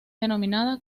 denominada